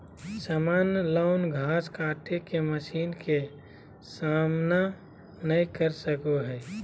सामान्य लॉन घास काटे के मशीन के सामना नय कर सको हइ